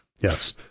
yes